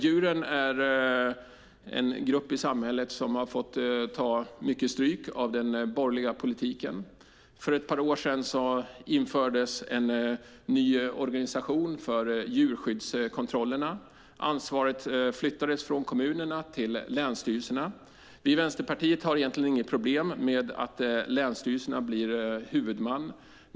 Djuren är en grupp i samhället som har fått ta mycket stryk av den borgerliga politiken. För ett par år sedan infördes en ny organisation för djurskyddskontrollerna. Ansvaret flyttades från kommunerna till länsstyrelserna. Vi i Vänsterpartiet har egentligen inget problem med att länsstyrelsen blir huvudman.